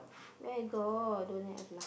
where got don't have lah